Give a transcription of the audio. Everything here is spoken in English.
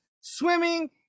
swimming